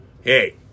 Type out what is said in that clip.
hey